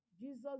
Jesus